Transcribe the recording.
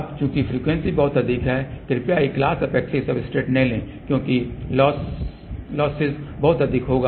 अब चूंकि फ्रीक्वेंसी बहुत अधिक है कृपया एक ग्लास एपॉक्सी सब्सट्रेट न लें क्योंकि लॉसेस बहुत अधिक होगा